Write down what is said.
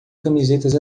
camisetas